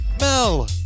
Mel